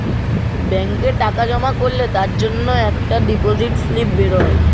ব্যাংকে টাকা জমা করলে তার জন্যে একটা ডিপোজিট স্লিপ বেরোয়